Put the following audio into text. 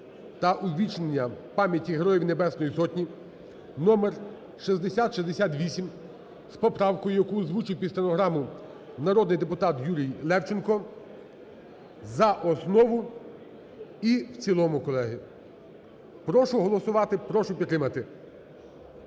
та увічнення пам'яті Небесної Сотні (номер 6068) з поправкою, яку озвучив під стенограму народний депутат Юрій Левченко за основу і в цілому, колеги. Прошу голосувати, прошу підтримати,